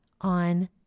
on